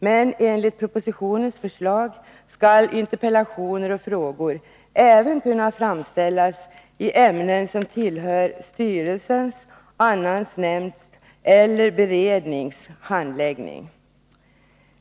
Men enligt propositionens förslag skall interpellationer och frågor även kunna framställas i ämnen som tillhör styrelsens, annan nämnds eller berednings handläggning.